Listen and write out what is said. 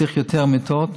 צריך יותר מיטות,